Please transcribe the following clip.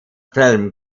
film